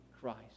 Christ